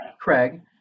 Craig